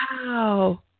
Wow